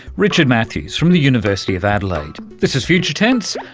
richard matthews from the university of adelaide. this is future tense,